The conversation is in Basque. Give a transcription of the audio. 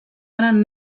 banan